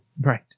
right